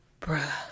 bruh